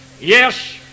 Yes